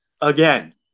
again